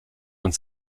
und